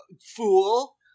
fool